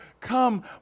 come